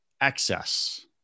excess